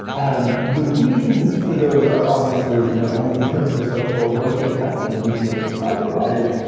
and the reasons for those are obviously you know only known to the folks who are working at some of these major cloud providers,